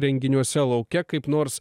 renginiuose lauke kaip nors